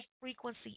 frequency